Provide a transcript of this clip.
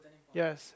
yes